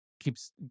keeps